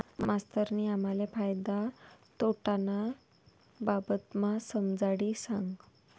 मास्तरनी आम्हले फायदा तोटाना बाबतमा समजाडी सांगं